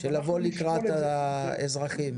לבוא לקראת האזרחים?